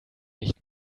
nicht